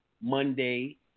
monday